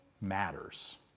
matters